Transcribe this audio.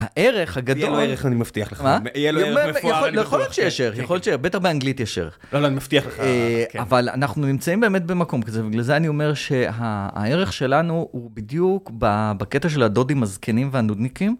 הערך הגדול, יהיה לו ערך אני מבטיח לך, יהיה לו ערך מפואר, יכול להיות שיש ערך, בטח באנגלית יש ערך, לא אני מבטיח לך, אבל אנחנו נמצאים באמת במקום, בגלל זה אני אומר שהערך שלנו, הוא בדיוק בקטע של הדודים הזקנים והנודניקים.